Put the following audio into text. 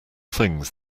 things